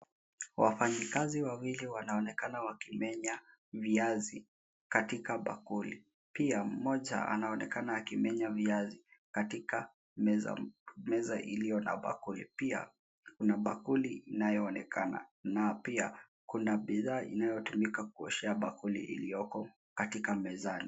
Wafanyikazi wawili wanaonekana wakimenya viazi katika bakuli, pia mmoja anaonekana akimenya viazi katika meza iliyo na bakuli pia kuna bakuli inayoonekana. Na pia kuna bidhaa inayotumika kuoshea bakuli iliyoko katika mezani.